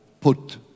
Put